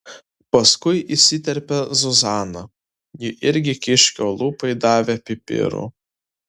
paskui įsiterpė zuzana ji irgi kiškio lūpai davė pipirų